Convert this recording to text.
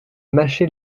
mâché